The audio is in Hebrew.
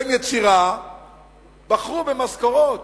ובין יצירה בחרו במשכורות.